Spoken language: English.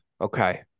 Okay